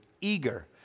eager